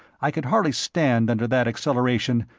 i could hardly stand under that acceleration,